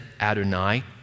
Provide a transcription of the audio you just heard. Adonai